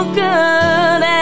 good